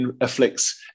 afflicts